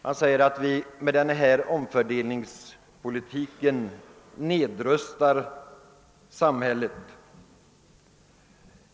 Man säger att vi med denna omför delning nedrustar samhähet.